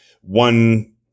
one